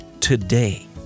today